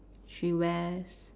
she wears